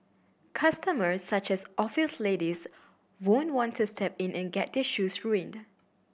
customers such as office ladies won't want to step in and get their shoes ruined